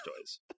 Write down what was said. toys